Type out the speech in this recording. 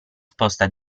sposta